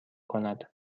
کند